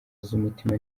z’umutima